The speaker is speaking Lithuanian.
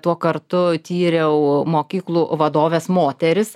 tuo kartu tyriau mokyklų vadoves moteris